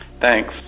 Thanks